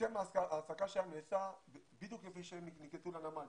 הסכם ההעסקה שלהם נעשה בדיוק לפני שהם נקלטו לנמל,